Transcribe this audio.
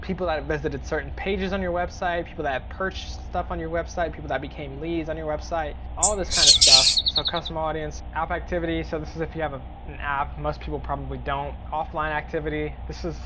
people that have visited certain pages on your website, people that purchased stuff on your website, people that became leads on your website. all this kind of stuff, so custom audience, app activity, so this is if you have ah an app. most people probably don't. offline activity. this is